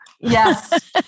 Yes